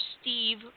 Steve